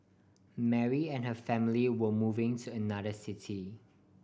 Mary and her family were moving to another city